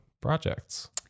projects